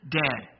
dead